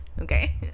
okay